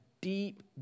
deep